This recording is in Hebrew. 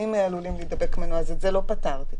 עלולים להידבק ממנו את זה לא פתרתם.